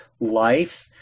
life